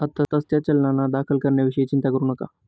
आत्ताच त्या चलनांना दाखल करण्याविषयी चिंता करू नका